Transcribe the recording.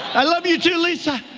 i love you, too, lisa.